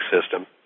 system